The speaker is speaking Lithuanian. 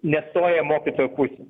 nestoja mokytojo pusėn